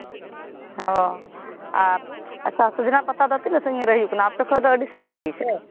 ᱦᱚᱸ ᱟᱨ ᱥᱚᱡᱽᱱᱟ ᱯᱟᱛᱟ ᱫᱚ ᱛᱤᱱᱟᱹᱜ ᱥᱟᱺᱜᱤᱧ ᱨᱮ ᱦᱩᱭᱩᱜ ᱠᱟᱱᱟ ᱟᱯᱮ ᱠᱷᱚᱱ ᱫᱚ ᱟᱹᱰᱤ ᱥᱟᱺᱜᱤᱧ ᱜᱮᱥᱮ